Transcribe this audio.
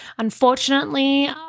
Unfortunately